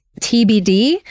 TBD